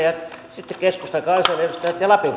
sitten keskustan kansanedustajat ja lapin